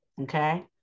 okay